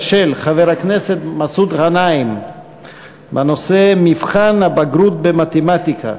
של חבר הכנסת מסעוד גנאים בנושא: מבחן הבגרות במתמטיקה.